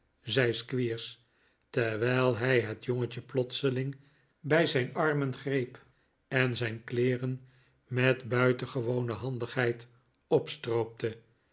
zei squeers terwijl hij het jongetje plotseling bij zijn armen greep en zijn kleeren met buitengewone handigheid opstroopte